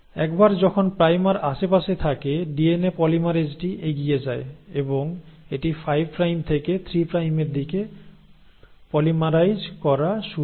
একবার যখন প্রাইমার আশেপাশে থাকে ডিএনএ পলিমেরেজটি এগিয়ে যায় এবং এটি 5 প্রাইম থেকে 3 প্রাইমের দিকে পলিমারাইজ করা শুরু করে